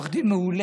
עורך דין מעולה,